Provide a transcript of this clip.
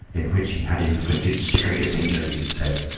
in which he had inflicted serious injuries, it says,